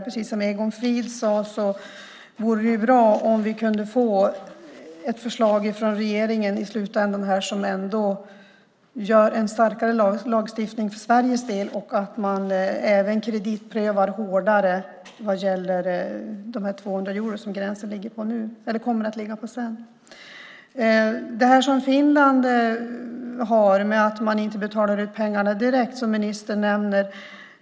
Precis som Egon Frid sade vore det bra om vi kunde få ett förslag från regeringen i slutändan som ger en starkare lagstiftning för Sveriges del och som även innebär att man kreditprövar hårdare när det gäller dessa 200 euro, där gränsen kommer att ligga. Ministern nämner det som finns i Finland, nämligen att man inte betalar ut pengarna direkt.